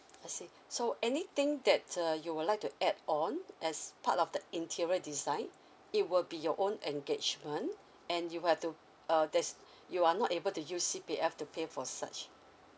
I see so anything that's uh you would like to add on as part of the interior design it will be your own engagement and you have to uh there's you are not able to use C_P_F to pay for such